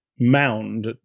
mound